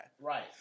Right